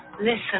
Listen